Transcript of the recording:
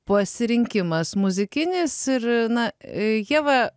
pasirinkimas muzikinis ir na ieva